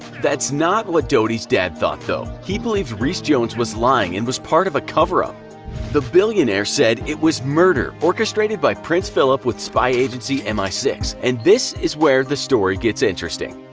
that's not what dodi's dad thought, though. he believed rees-jones was lying and was part of a cover-up. the billionaire said it was murder, orchestrated by prince philip with spy agency m i six. and this is when the story gets interesting.